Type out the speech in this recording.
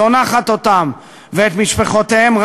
זונחת אותם ואת משפחותיהם,